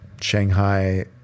Shanghai